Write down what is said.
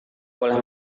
boleh